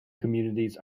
communities